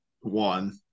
one